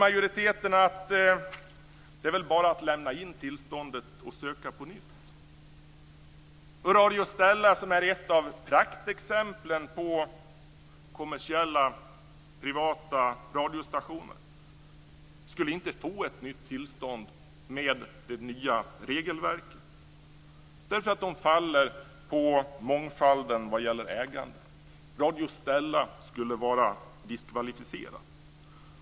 Majoriteten säger att det är väl bara att lämna in tillståndet och söka på nytt. Radio Stella, som är ett av praktexemplen på kommersiella privata radiostationer, skulle inte få ett nytt tillstånd med det nya regelverket därför att man faller på mångfalden vad gäller ägandet. Radio Stella skulle vara diskvalificerat.